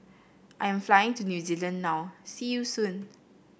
I am flying to New Zealand now see you soon